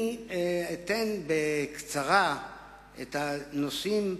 אני אציג בקצרה כמה נושאים,